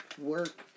work